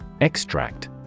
Extract